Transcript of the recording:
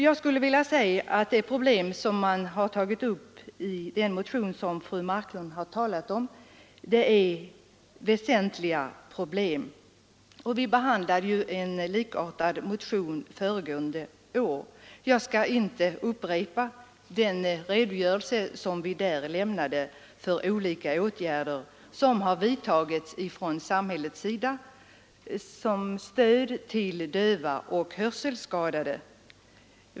Jag skulle vilja säga att de problem man tagit upp i den motion fru Marklund talat om är väsentliga. Vi behandlade ju en likartad motion föregående år, och jag skall därför inte upprepa den redogörelse utskottet då lämnade för olika åtgärder som vidtagits från samhällets sida till stöd för döva och hörselskadade.